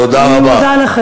תודה רבה.